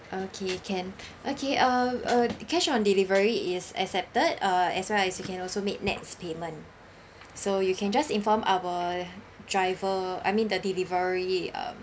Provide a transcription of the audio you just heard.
okay can okay uh uh the cash on delivery is accepted uh as well as you can also make nets payment so you can just inform our driver I mean the delivery um